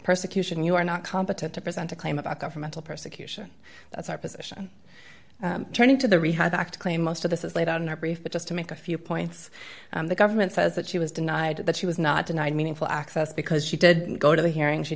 persecution you are not competent to present a claim about governmental persecution that's our position turning to the rehab act claim most of this is laid out in our brief but just to make a few points the government says that she was denied that she was not denied meaningful access because she didn't go to the hearing she